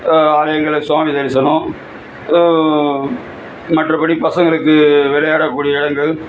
ஆலையங்களை சுவாமி தரிசனம் மற்றபடி பசங்களுக்கு விளையாடக்கூடிய அந்த இது